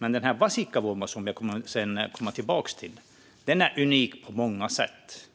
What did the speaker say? Men Vasikkavuoma, som jag kommer att komma tillbaka till, är unik på många sätt.